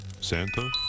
Santa